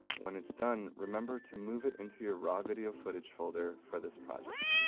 when it's done, remember to move it into your raw video footage folder for this project.